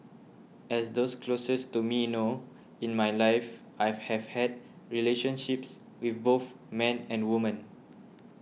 as those closest to me know in my life I've have had relationships with both men and women